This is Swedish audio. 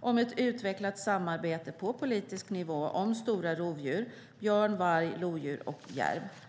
om ett utvecklat samarbete på politisk nivå om stora rovdjur: björn, varg, lodjur och järv.